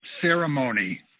ceremony